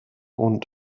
und